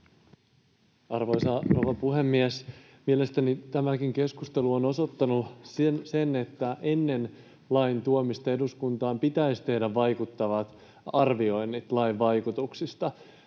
rouva puhemies! Mielestäni tämäkin keskustelu on osoittanut sen, että ennen lain tuomista eduskuntaan pitäisi tehdä vaikuttavat arvioinnit lain vaikutuksista.